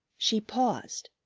she paused.